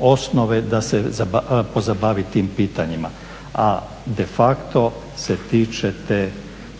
osnove da se pozabavi tim pitanjima. A de facto se tiče te